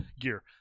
gear